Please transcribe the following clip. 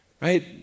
right